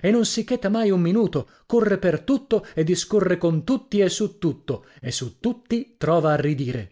e non si cheta mai un minuto corre per tutto e discorre con tutti e su tutto e su tutti trova a ridire